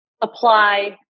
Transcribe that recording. apply